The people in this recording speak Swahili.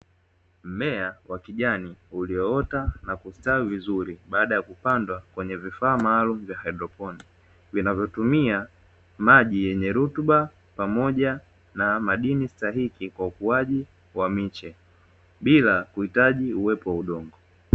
Mmea wa kijani ulioota na kustawi vizuri baada ya kupandwa kwenye vifaa maalumu vya haidroponi vinavyotumia maji yanye rutuba pamoja na madini stahiki kwa ukuaji wa miche bila kuhitaji uwepo wa udongo.